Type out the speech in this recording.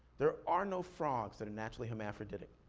there are no frogs that are naturally hermaphroditic.